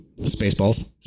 Spaceballs